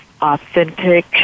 authentic